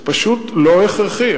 זה פשוט לא הכרחי.